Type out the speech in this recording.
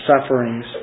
sufferings